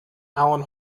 allan